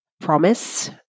promise